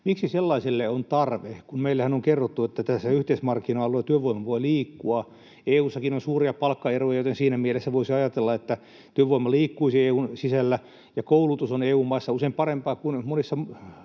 Miksi sellaiselle on tarve, kun meillehän on kerrottu, että tällä yhteismarkkina-alueella työvoima voi liikkua? EU:ssakin on suuria palkkaeroja, joten siinä mielessä voisi ajatella, että työvoima liikkuisi EU:n sisällä. Ja koulutus on EU-maissa usein parempaa kuin monissa